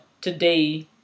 today